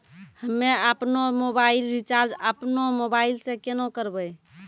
हम्मे आपनौ mobile recharge आपनौ मोबाइल से केना करवै?